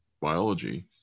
biology